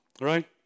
right